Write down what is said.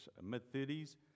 mid-30s